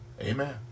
Amen